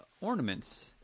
Ornaments